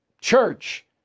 church